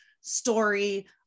story